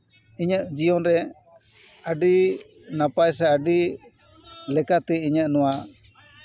ᱤᱧᱟᱹᱜ ᱡᱤᱭᱚᱱ ᱨᱮ ᱟᱹᱰᱤ ᱱᱟᱯᱟᱭ ᱥᱮ ᱟᱹᱰᱤ ᱞᱮᱠᱟᱛᱮ ᱤᱧᱟᱹᱜ ᱱᱚᱣᱟ